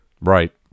Right